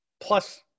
plus